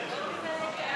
ולחלופין א'